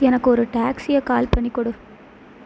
எனக்கு ஒரு டாக்ஸியை கால் பண்ணிக்கொடு